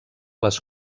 les